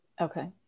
Okay